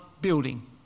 building